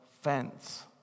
fence